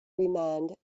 remand